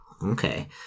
Okay